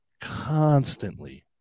constantly